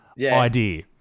idea